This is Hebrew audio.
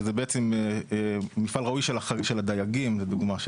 שזה בעצם מפעל ראוי של הדייגים לדוגמה,